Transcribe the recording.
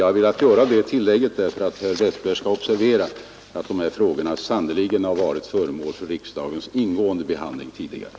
Jag har velat göra detta tillägg för att herr Westberg skall observera att dessa frågor sannerligen har varit föremål för riksdagens ingående behandling tidigare.